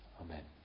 Amen